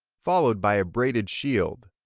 followed by a braided shield,